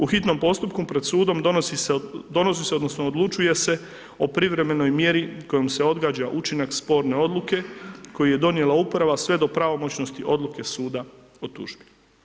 U hitnom postupku pred sudom donosi se odnosno odlučuje se o privremenoj mjeri kojom se odgađa učinak sporne odluke koju je donijela uprava sve do pravomoćnosti odluke suda o tužbi.